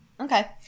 Okay